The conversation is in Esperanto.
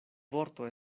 vorto